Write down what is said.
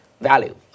value